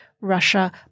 Russia